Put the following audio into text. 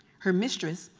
her mistress,